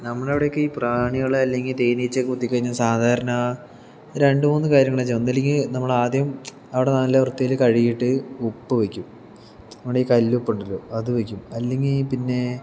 നമ്മുടെ അവിടെയൊക്കെ ഈ പ്രാണികൾ അല്ലെങ്കിൽ തേനീച്ച കുത്തി കഴിഞ്ഞാൽ സാധാരണ രണ്ടു മൂന്നു കാര്യങ്ങളാണ് ചെയ്യുക ഒന്നുമില്ലെങ്കിൽ നമ്മൾ ആദ്യം അവിടെ നല്ല വൃത്തിയിൽ കഴുകിയിട്ട് ഉപ്പ് വയ്ക്കും നമ്മുടെ ഈ കല്ലുപ്പ് ഉണ്ടല്ലോ അത് വയ്ക്കും അല്ലെങ്കിൽ പിന്നെ